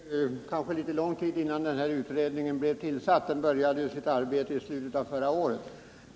Herr talman! Det tog kanske litet lång tid innan utredningen blev tillsatt. Den började sitt arbete i slutet av förra året.